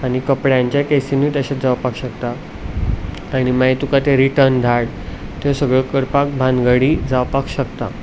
आनी कपड्यांच्या कॅसीनूय तशेंच जावपाक शकता आनी मागीर तुका ते रिटर्न धाड त्यो सगळ्यो करपाक भानगडी जावपाक शकता